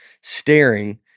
staring